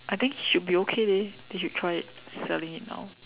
I think should be okay leh they should try it selling it now